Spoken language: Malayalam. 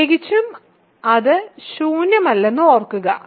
പ്രത്യേകിച്ചും അത് ശൂന്യമല്ലെന്ന് ഓർക്കുക